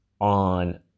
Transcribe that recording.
on